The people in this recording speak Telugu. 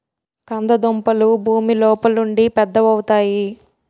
కంద దుంపలు భూమి లోపలుండి పెద్దవవుతాయి